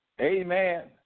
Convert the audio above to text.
Amen